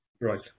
Right